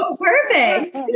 Perfect